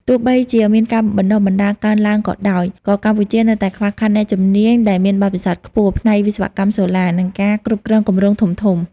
ទោះបីជាមានការបណ្តុះបណ្តាលកើនឡើងក៏ដោយ ក៏កម្ពុជានៅតែខ្វះខាតអ្នកជំនាញដែលមានបទពិសោធន៍ខ្ពស់ ផ្នែកវិស្វកម្មសូឡា និងការគ្រប់គ្រងគម្រោងធំៗ។